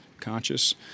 conscious